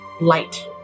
light